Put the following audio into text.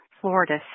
Florida